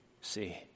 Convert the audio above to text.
see